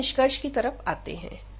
अब हम निष्कर्ष की तरफ आते हैं